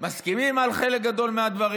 מסכימים על חלק גדול מהדברים.